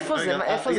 איפה זה נמצא?